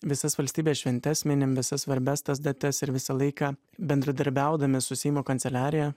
visas valstybės šventes minim visas svarbias tas datas ir visą laiką bendradarbiaudami su seimo kanceliarija